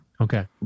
Okay